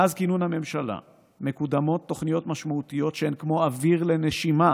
מאז כינון הממשלה מקודמות תוכניות משמעותיות שהן כמו אוויר לנשימה